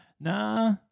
Nah